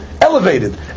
elevated